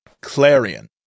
Clarion